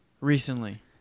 recently